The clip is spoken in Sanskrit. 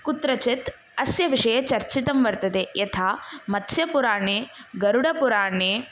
कुत्रचित् अस्य विषये चर्चितं वर्तते यथा मत्स्यपुराणे गरुडपुराणे